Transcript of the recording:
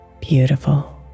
beautiful